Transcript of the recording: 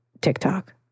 TikTok